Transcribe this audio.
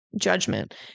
judgment